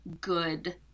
good